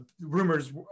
Rumors